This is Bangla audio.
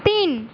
তিন